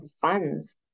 funds